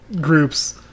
groups